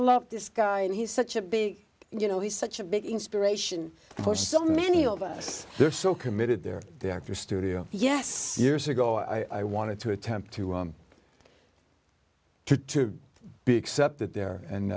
love this guy and he's such a big you know he's such a big inspiration for so many of us there so committed they're the actors studio yes years ago i wanted to attempt to be accepted there and